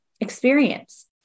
experience